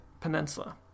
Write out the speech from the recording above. peninsula